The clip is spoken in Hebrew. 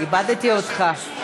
איבדתי אותך.